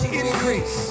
increase